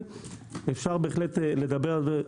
אפשר בהחלט לדבר על זה.